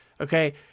Okay